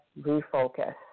refocus